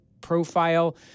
Profile